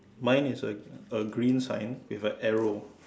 mine is a a green sign with a arrow